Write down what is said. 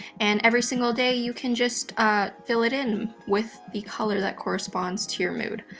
and every single day you can just fill it in with the color that corresponds to your mood.